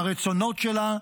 הרצונות שלה,